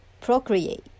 procreate